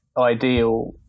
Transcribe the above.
ideal